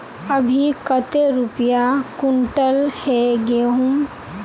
अभी कते रुपया कुंटल है गहुम?